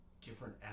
different